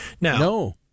No